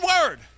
word